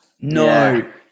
No